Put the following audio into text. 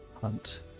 Hunt